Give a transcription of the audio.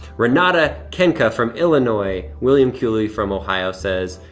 renata kenka from illinois. william cooley from ohio says,